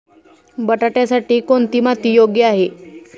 बटाट्यासाठी कोणती माती योग्य आहे?